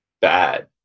bad